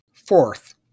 Fourth